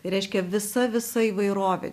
tai reiškia visa visa įvairovė